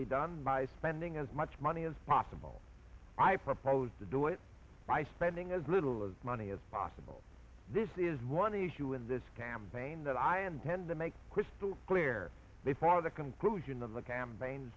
be done by spending as much money as possible i propose to do it by spending as little money as possible this is one issue in this campaign that i intend to make crystal clear they part of the conclusion of the campaign